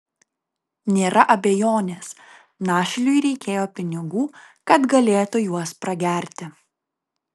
nėra abejonės našliui reikėjo pinigų kad galėtų juos pragerti